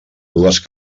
dues